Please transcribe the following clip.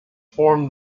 form